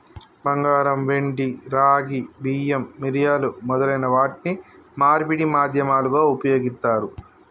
బంగారం, వెండి, రాగి, బియ్యం, మిరియాలు మొదలైన వాటిని మార్పిడి మాధ్యమాలుగా ఉపయోగిత్తారు